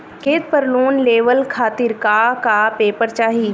खेत पर लोन लेवल खातिर का का पेपर चाही?